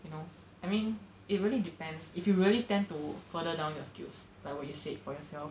you know I mean it really depends if you really tend to further down your skills like what you said for yourself